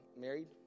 married